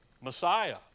Messiah